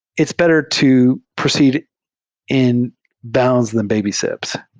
it's better to proceed in bounds than baby steps.